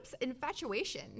infatuation